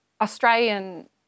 Australian